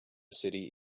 city